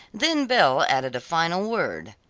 then belle added a final word.